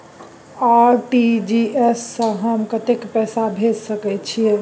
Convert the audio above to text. RTG S स हम कत्ते पैसा भेज सकै छीयै?